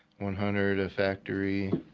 one hundred a factory,